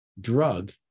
drug